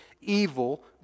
evil